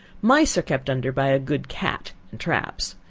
mice are kept under by a good cat, and traps.